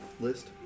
list